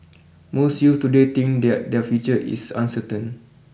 most youths today think that their future is uncertain